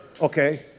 Okay